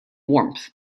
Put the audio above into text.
warmth